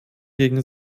gegen